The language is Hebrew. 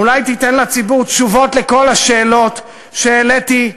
אולי תיתן לציבור תשובות על כל השאלות שהעליתי,